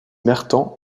mertens